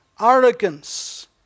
arrogance